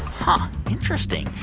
huh. interesting.